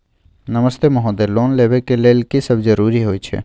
नमस्ते महोदय, लोन लेबै के लेल की सब जरुरी होय छै?